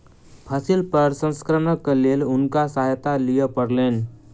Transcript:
फसिल प्रसंस्करणक लेल हुनका सहायता लिअ पड़लैन